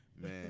Man